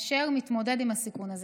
אשר מתמודד עם הסיכון הזה.